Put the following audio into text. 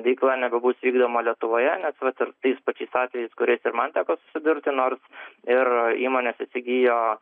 veikla nebebus vykdoma lietuvoje nes vat ir tais pačiais atvejais kuris ir man teko susidurti nors ir įmones įsigijo